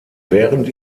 während